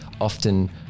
often